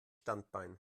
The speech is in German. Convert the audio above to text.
standbein